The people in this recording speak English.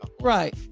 Right